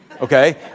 Okay